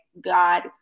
god